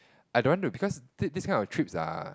I don't want to because this this kind of trips are